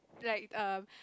like um